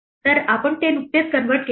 तर आपण ते नुकतेच कन्वर्ट केले आहे